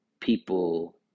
people